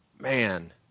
man